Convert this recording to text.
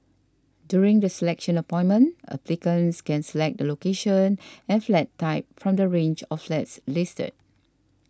during the selection appointment applicants can select the location and flat type from the range of flats listed